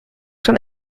schon